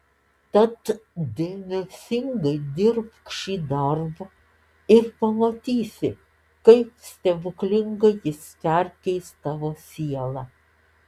tad dėmesingai dirbk šį darbą ir pamatysi kaip stebuklingai jis perkeis tavo sielą